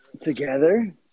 together